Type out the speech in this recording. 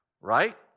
right